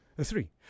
three